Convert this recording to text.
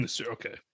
okay